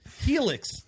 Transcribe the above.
Helix